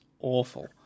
awful